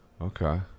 Okay